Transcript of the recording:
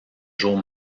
jour